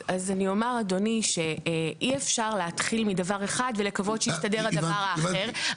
אז אני אומר שאי אפשר להתחיל מדבר אחד ולקוות שיסתדר הדבר האחר.